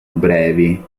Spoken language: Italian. brevi